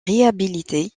réhabilité